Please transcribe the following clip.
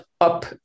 up